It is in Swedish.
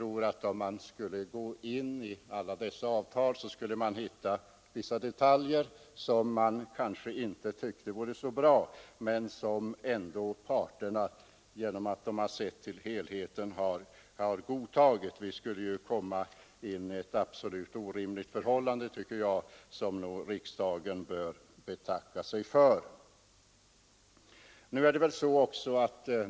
Om man skulle gå in i alla dessa avtal skulle man hitta vissa detaljer som man kanske inte tycker vore så bra men som ändå parterna, genom att de har sett till helheten, har godtagit. Riksdagen skulle komma i ett absolut orimligt förhållande som den bör betacka sig för.